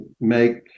make